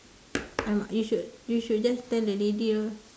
alamak you should you should just tell the lady ah